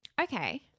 okay